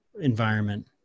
environment